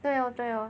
对 lor 对 lor